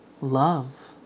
love